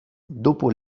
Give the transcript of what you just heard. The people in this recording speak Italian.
dopo